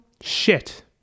shit